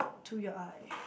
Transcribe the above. to your eye